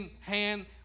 hand